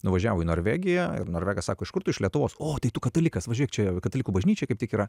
nuvažiavo į norvegiją norvegas kažkur iš lietuvos o tu katalikas važiuok čia katalikų bažnyčia kaip tik yra